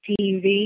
TV